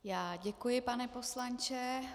Já děkuji, pane poslanče.